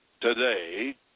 today